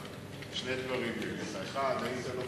שני דברים לי אליך: 1. האם אתה לא